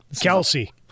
Kelsey